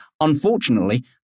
Unfortunately